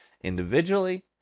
individually